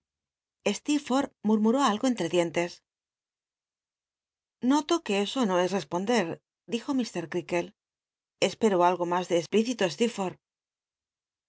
ste murmuró algo entre dien tes noto que eso no es respondct elijo mt ctealdc espero algo de mas